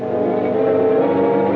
or